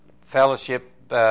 fellowship